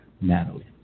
Natalie